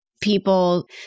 people